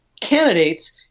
candidates